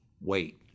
wait